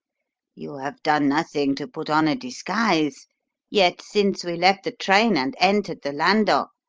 you have done nothing to put on a disguise yet, since we left the train and entered the landau,